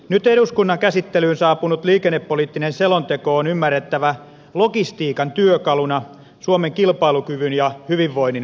nyt eduskunnan käsittelyyn saapunut liikennepoliittinen selonteko on ymmärrettävä logistiikan työkaluksi suomen kilpailukyvyn ja hyvinvoinnin parantamiseksi